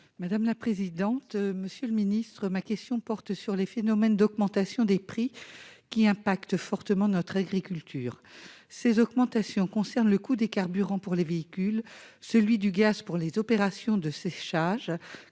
Madame la présidente, monsieur le ministre, ma question porte sur les phénomènes d'augmentation des prix qui impacte fortement notre agriculture ces augmentations concernent le coût des carburants pour les véhicules, celui du gaz pour les opérations de séchage